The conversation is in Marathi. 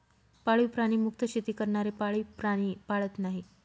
पाळीव प्राणी मुक्त शेती करणारे पाळीव प्राणी पाळत नाहीत